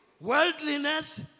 worldliness